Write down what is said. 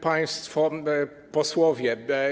Państwo Posłowie!